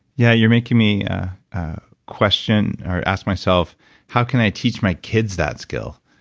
yeah. you're making me question, or ask myself how can i teach my kids that skill?